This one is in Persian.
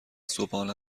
صبحانه